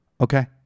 Okay